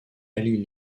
ali